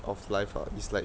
of life ah is like